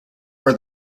are